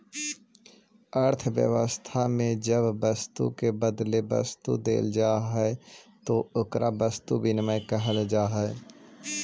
अर्थव्यवस्था में जब वस्तु के बदले वस्तु देल जाऽ हई तो एकरा वस्तु विनिमय कहल जा हई